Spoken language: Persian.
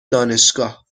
دانشگاه